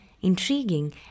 intriguing